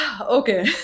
Okay